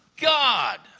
God